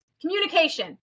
communication